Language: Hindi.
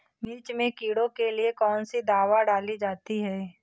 मिर्च में कीड़ों के लिए कौनसी दावा डाली जाती है?